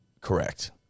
Correct